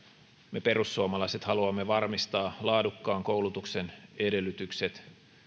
me perussuomalaiset haluamme varmistaa laadukkaan koulutuksen edellytykset